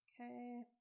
Okay